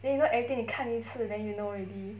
then you know everything 你看一次 then you know already